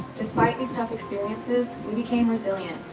despite these tough experiences, we became resilient.